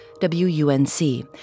WUNC